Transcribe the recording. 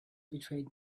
betrayed